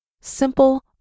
Simple